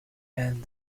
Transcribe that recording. and